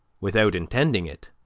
without intending it,